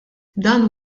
dan